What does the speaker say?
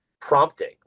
prompting